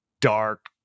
dark